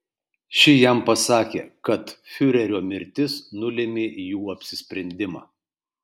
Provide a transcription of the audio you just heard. ši jam pasakė kad fiurerio mirtis nulėmė jų apsisprendimą